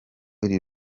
iri